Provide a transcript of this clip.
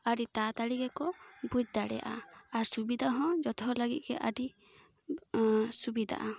ᱟ ᱰᱤ ᱛᱟᱲᱟᱛᱟᱲᱤ ᱜᱮᱠᱚ ᱵᱩᱡᱽ ᱫᱟᱲᱮᱭᱟᱜᱼᱟ ᱟᱨ ᱥᱩᱵᱤᱫᱟ ᱦᱚᱸ ᱡᱚᱛᱚ ᱦᱚᱲ ᱞᱟ ᱜᱤᱫ ᱜᱮ ᱟ ᱰᱤ ᱥᱩᱵᱤᱫᱟᱜᱼᱟ